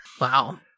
Wow